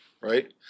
right